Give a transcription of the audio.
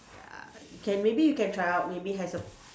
ya can maybe you can try out maybe as a